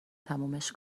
تمومش